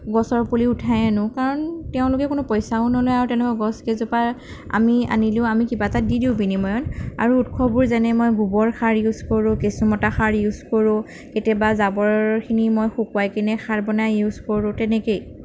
গছৰ পুলি উঠাই আনোঁ কাৰণ তেওঁলোকে কোনো পইচাও নলয় আৰু তেওঁলোকৰ গছ কেইজোপা আমি আনিলেও আমি কিবা এটা দি দিওঁ বিনিময়ত আৰু উৎসবোৰ যেনে মই গোবৰ সাৰ ইউজ কৰোঁ কেঁচুমতা সাৰ ইউজ কৰোঁ কেতিয়াবা জাবৰখিনি মই শুকুৱাইকিনে সাৰ বনাই ইউজ কৰোঁ তেনেকেই